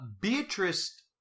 Beatrice